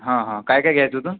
हां हां काय काय घ्यायचं होतं